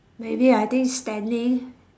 maybe I think standing